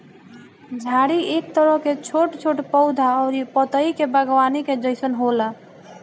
झाड़ी एक तरह के छोट छोट पौधा अउरी पतई के बागवानी के जइसन होला